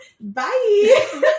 bye